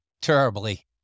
terribly